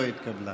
לא התקבלה.